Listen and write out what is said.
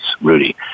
Rudy